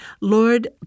Lord